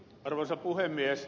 arvoisa puhemies